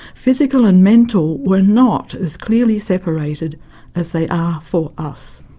physical and mental were not as clearly separated as they are for us.